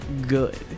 good